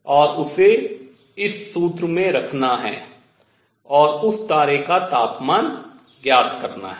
और उसे इस सूत्र में रखना है और उस तारे का तापमान ज्ञात करना है